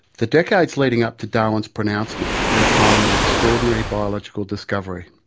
the decades leading up to darwin's pronouncement were a time of extraordinary biological discovery.